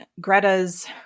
Greta's